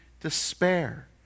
despair